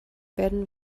werden